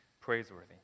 praiseworthy